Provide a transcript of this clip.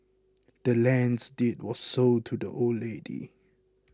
the land's deed was sold to the old lady